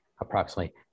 approximately